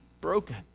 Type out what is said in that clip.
broken